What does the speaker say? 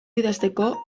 idazteko